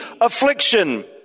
affliction